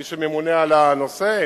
מי שממונה על הנושא,